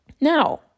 now